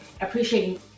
appreciating